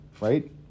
right